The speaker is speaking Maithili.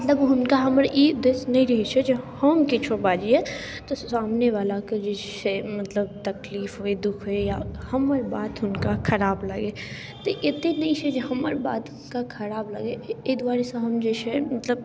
मतलब हुनका हमर ई दृश्य नहि रहैत छै हम किछु बाजियै तऽ सामने बलाके जे छै मतलब तकलीफ होइ दुःख होइ या हमर बात हुनका खराब लागै तऽ एतेक नहि छै जे हमर बात कऽ खराब लागै एहि दुआरेसँ हम जे छै मतलब